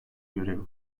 görevi